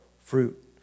fruit